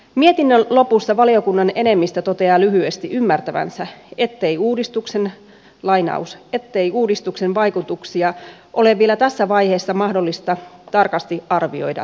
mietinnön lopussa valiokunnan enemmistö toteaa lyhyesti ymmärtävänsä ettei uudistuksen vaikutuksia ole vielä tässä vaiheessa mahdollista tarkasti arvioida